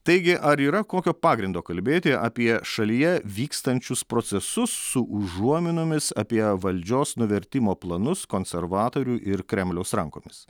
taigi ar yra kokio pagrindo kalbėti apie šalyje vykstančius procesus su užuominomis apie valdžios nuvertimo planus konservatorių ir kremliaus rankomis